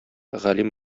галим